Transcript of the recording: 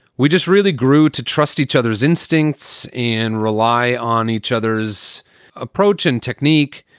we just really grew to trust each other's instincts and rely on each other's approach and technique.